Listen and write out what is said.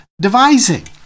devising